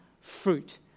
fruit